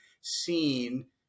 seen